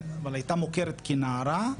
נכון,